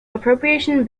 appropriations